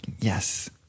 Yes